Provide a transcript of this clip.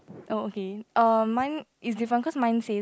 oh okay uh mine is different cause mine say